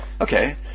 okay